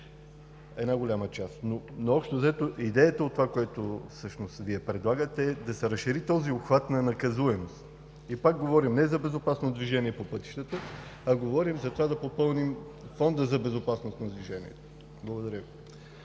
една голяма част. Общо взето идеята на това, което Вие предлагате, е да се разшири обхватът на наказуемост. И пак говорим не за безопасно движение по пътищата, а говорим да попълним фонда за безопасност на движението. Благодаря